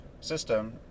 system